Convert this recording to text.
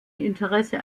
interesse